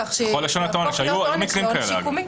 היו מקרים כאלה.